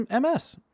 MS